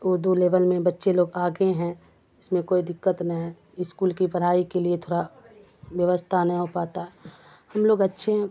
Urdu level میں بچے لوگ آگے ہیں اس میں کوئی دقت نہ ہے اسکول کی پڑھائی کے لیے تھوڑا ویوستھا نہیں ہو پاتا ہم لوگ اچھے ہیں